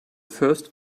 first